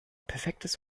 perfektes